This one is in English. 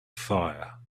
fire